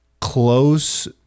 close